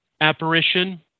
apparition